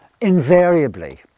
invariably